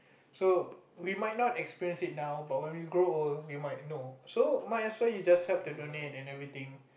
so we might not experience it now but when we grow old we might know so might as well you just help to donate and everything